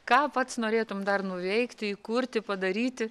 ką pats norėtumei dar nuveikti įkurti padaryti